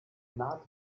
naht